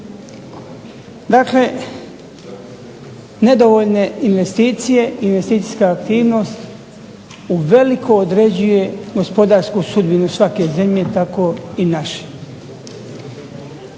Dakle, nedovoljne investicije, investicijska aktivnost uvelike određuje gospodarsku sudbinu svake zemlje tako i naše.